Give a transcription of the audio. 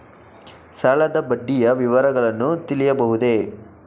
ಸಾಲದ ಬಡ್ಡಿಯ ವಿವರಗಳನ್ನು ತಿಳಿಯಬಹುದೇ?